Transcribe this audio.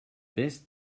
best